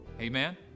Amen